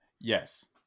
yes